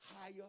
higher